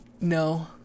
no